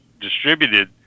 distributed